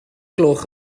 gloch